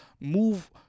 move